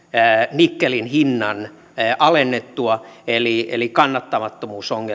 nikkelin hinnan alennuttua eli eli kannattamattomuusongelmien